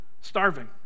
starving